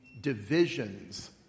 divisions